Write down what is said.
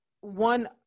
one